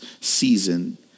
season